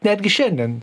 netgi šiandien